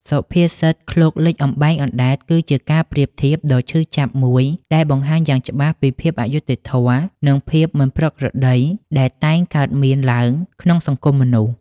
សុភាសិត "ឃ្លោកលិច អំបែងអណ្ដែត" គឺជាការប្រៀបធៀបដ៏ឈឺចាប់មួយដែលបង្ហាញយ៉ាងច្បាស់ពីភាពអយុត្តិធម៌ និងភាពមិនប្រក្រតីដែលតែងកើតមានឡើងក្នុងសង្គមមនុស្ស។